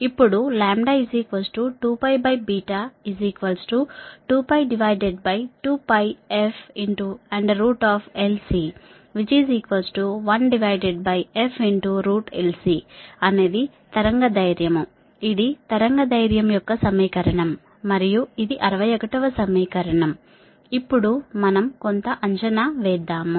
ఇప్పుడు 2 2 2fLC1fLC అనేది తరంగదైర్ఘ్యం ఇది తరంగదైర్ఘ్యం యొక్క సమీకరణం మరియు ఇది 61 వ సమీకరణం ఇప్పుడు మనం కొంత అంచనా వేద్దాం